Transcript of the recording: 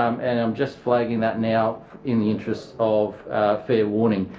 um and i'm just flagging that now in the interests of fair warning.